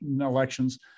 elections